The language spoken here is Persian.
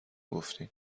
گفتین